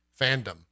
fandom